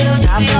stop